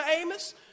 Amos